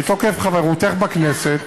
מתוקף חברותך בכנסת,